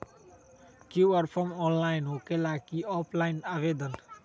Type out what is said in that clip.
QR form online होकेला कि offline आवेदन?